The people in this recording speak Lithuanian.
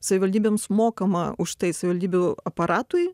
savivaldybėms mokama už tai savivaldybių aparatui